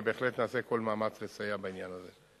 ובהחלט נעשה כל מאמץ לסייע בעניין הזה.